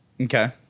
Okay